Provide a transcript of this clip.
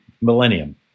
millennium